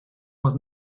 was